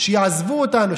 שיעזבו אותנו,